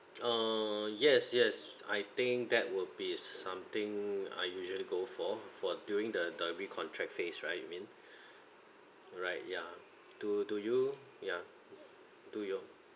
err yes yes I think that would be something I usually go for for during the the re-contract phase right you mean right ya do do you ya do your